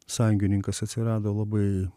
sąjungininkas atsirado labai